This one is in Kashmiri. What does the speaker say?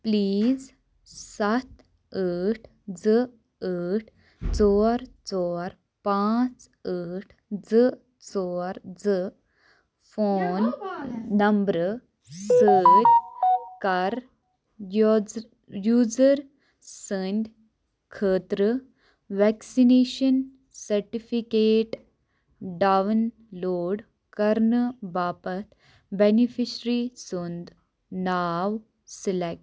پلیز سَتھ ٲٹھ زٕ ٲٹھ ژور ژور پانٛژھ ٲٹھ زٕ ژور زٕ فون نمبرٕ سۭتۍ کر یرز یوزر سٕنٛد خٲطرٕ ویکسِنیشن سرٹِفکیٹ ڈاوُن لوڈ کرنہٕ باپتھ بیٚنِفیشرِی سُنٛد ناو سِلیکٹ